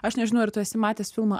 aš nežinau ar tu esi matęs filmą